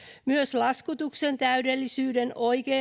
myös laskutuksen täydellisyyden